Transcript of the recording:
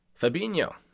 Fabinho